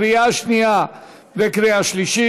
לקריאה שנייה וקריאה שלישית.